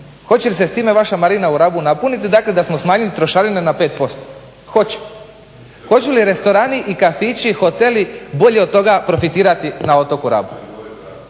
Hoće li se s time vaša marina u Rabu napuniti, dakle da smo smanjili trošarine na 5%? Hoće. Hoće li restorani i kafići, hoteli bolje od toga profitirati na otoku Rabu?